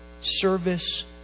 service